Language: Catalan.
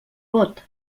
vot